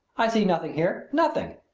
i see nothing here nothing!